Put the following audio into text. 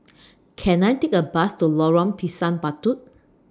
Can I Take A Bus to Lorong Pisang Batu